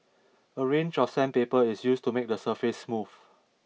a range of sandpaper is used to make the surface smooth